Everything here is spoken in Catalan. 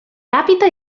càpita